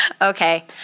okay